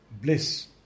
bliss